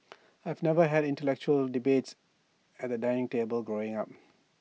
I've never had intellectual debates at the dining table growing up